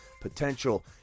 potential